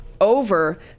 over